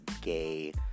gay